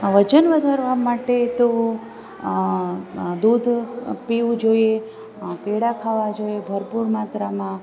આ વજન વધારવાં માટે તો દૂધ પીવું જોઈએ કેળા ખાવાં જોઈએ ભરપૂર માત્રામાં